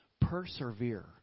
persevere